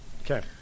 Okay